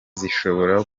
zishobora